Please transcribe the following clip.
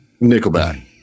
Nickelback